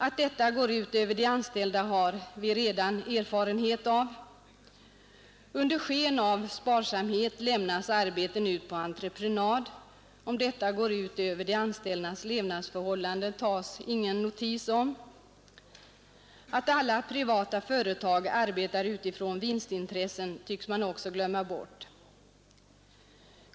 Att detta går ut över de anställda har vi redan erfarenhet av. Under sken av sparsamhet lämnas arbeten ut på entreprenad. Att detta går ut över de anställdas levnadsförhållanden tar man ingen notis om. Att alla privata företag arbetar med utgångspunkt i vinstintressen tycks man också glömma bort.